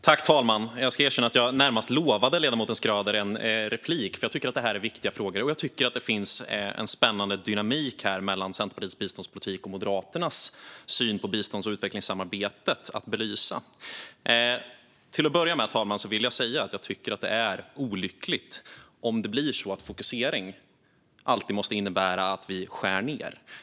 Fru talman! Jag ska erkänna att jag närmast lovade ledamoten Schröder en replik, för jag tycker att det är viktiga frågor. Det finns en spännande dynamik här mellan Centerpartiets biståndspolitik och Moderaternas syn på bistånd och utvecklingssamarbetet att belysa. Fru talman! Till att börja med vill jag säga att jag tycker att det är olyckligt om fokusering alltid måste innebära att vi skär ned.